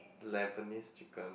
Lebanese chicken